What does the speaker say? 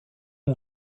mon